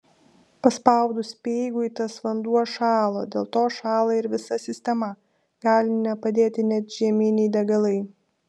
paspaudus speigui tas vanduo šąla dėl to šąla ir visa sistema gali nepadėti net žieminiai degalai